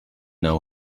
know